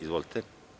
Izvolite.